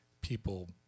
people